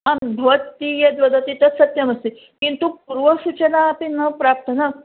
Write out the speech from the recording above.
आं भवती यद् वदति तत् सत्यमस्ति किन्तु पूर्वसूचनापि न प्राप्ता